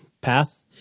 path